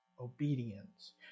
obedience